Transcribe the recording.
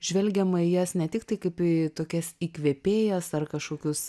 žvelgiama į jas ne tiktai kaip į tokias įkvėpėjas ar kažkokius